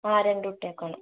ആ രണ്ടു കുട്ടികൾക്കാണ്